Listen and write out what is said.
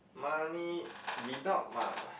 money without mo~